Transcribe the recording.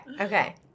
Okay